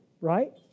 right